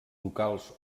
locals